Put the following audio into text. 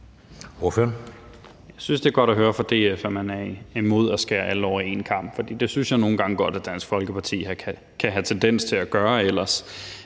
(SF): Jeg synes, at det er godt at høre fra DF, at man er imod at skære alle over én kam, for det synes jeg nogle gange godt at Dansk Folkeparti ellers kan have tendens til at gøre.